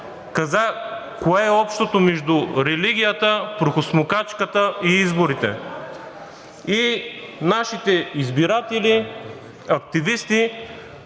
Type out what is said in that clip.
каза кое е общото между религията, прахосмукачката и изборите. Нашите избиратели активисти